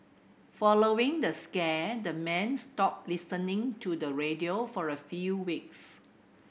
following the scare the men stopped listening to the radio for a few weeks